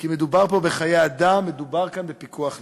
כי מדובר פה בחיי אדם, מדובר כאן בפיקוח נפש.